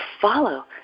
follow